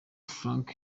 franc